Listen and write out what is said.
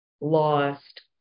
lost